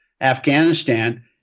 Afghanistan